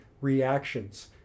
reactions